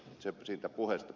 se siitä puheesta